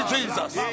Jesus